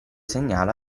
segnale